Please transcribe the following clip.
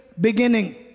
beginning